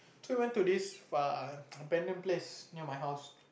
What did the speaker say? so we went to this far abandoned place near my house